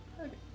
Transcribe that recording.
Okay